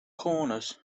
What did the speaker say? corners